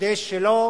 כדי שלא